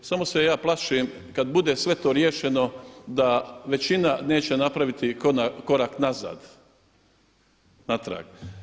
Samo se ja plašim kad bude sve to riješeno da većina neće napraviti korak nazad, natrag.